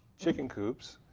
chicken coops,